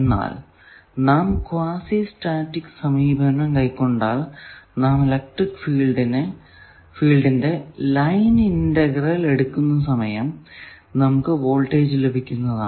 എന്നാൽ നാം quasi static സമീപനം കൈക്കൊണ്ടാൽ നാം ഇലക്ട്രിക്ക് ഫീൽഡിന്റെ ലൈൻ ഇന്റഗ്രൽ എടുക്കുന്ന സമയം നമുക്ക് വോൾടേജ് ലഭിക്കുന്നതാണ്